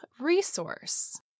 resource